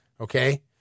okay